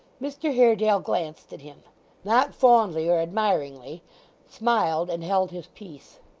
mr haredale glanced at him not fondly or admiringly smiled, and held his peace.